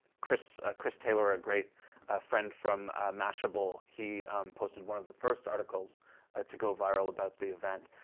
chris chris taylor, a great friend from mashable, he posted one of the first articles ah to go viral about the event.